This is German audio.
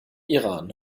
iran